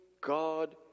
God